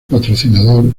patrocinador